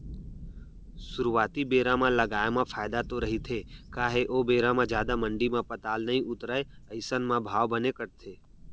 सुरुवाती बेरा म लगाए म फायदा तो रहिथे काहे ओ बेरा म जादा मंडी म पताल नइ उतरय अइसन म भाव बने कटथे